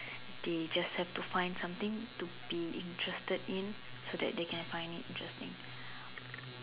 they just have to find something to be interested in so that they can find it interesting